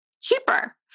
cheaper